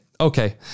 Okay